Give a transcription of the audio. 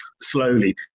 slowly